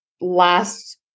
last